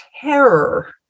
terror